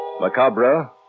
Macabre